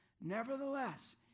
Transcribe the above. Nevertheless